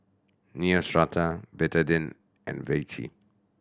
Neostrata Betadine and Vichy